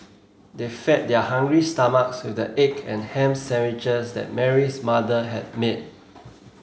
they fed their hungry stomachs with the egg and ham sandwiches that Mary's mother had made